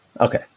okay